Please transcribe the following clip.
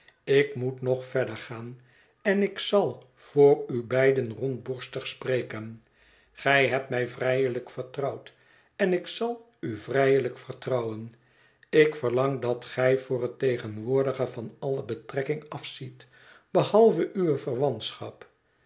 ik moet nog verder gaan en ik zal voor u beiden rondborstig spreken gij hebt mij vrijelijk vertrouwd en ik zal u vrijelijk vertrouwen ik verlang dat gij voor het tegenwoordige van alle betrekking afziet behalve uwe